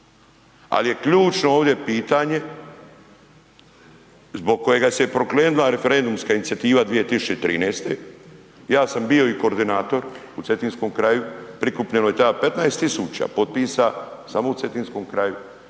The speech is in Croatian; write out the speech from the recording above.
Ali je ključno ovdje pitanje zbog kojega se pokrenula referendumska inicijativa 2013., ja sam bio i koordinator u Cetinskom kraju, prikupljeno je tada 15.000 potpisa samo u Cetinskom kraju,